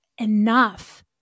enough